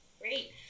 Great